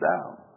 down